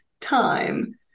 time